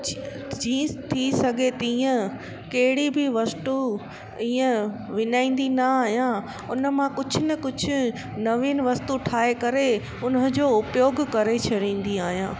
जीअंसि थी सघे तीअं कहिड़ी बि वस्तू ईअं विञाईंदी न आहियां हुन मां कुझु न कुझु नवीनि वस्तू ठाहे करे हुन जो उपयोगु करे छॾींदी आहियां